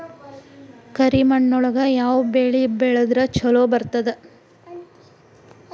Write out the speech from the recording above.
ಕರಿಮಣ್ಣೊಳಗ ಯಾವ ಬೆಳಿ ಬೆಳದ್ರ ಛಲೋ ಬರ್ತದ?